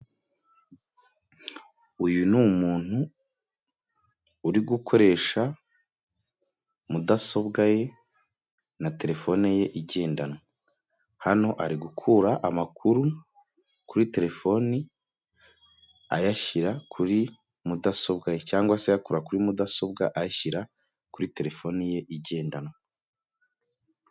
Uyu ni umuntu uri gukoresha mudasobwa ye na terefone ye igendanwa hano ari gukura amakuru kuri telefoni ayashyira kuri mudasobwa ye cyangwa se ayakura kuri mudasobwa ayishyira kuri terefone ye igendanwa.